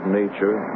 nature